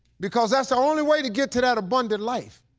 because that's the only way to get to that abundant life.